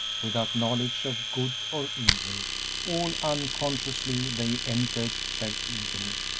without knowledge of good or evil all unconsciously they entered their eden.